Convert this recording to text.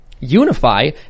unify